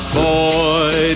boy